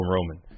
Roman